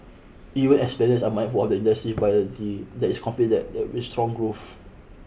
even as are of industry that is confident that there with strong growth